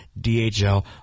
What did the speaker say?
DHL